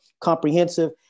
comprehensive